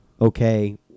okay